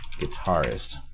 guitarist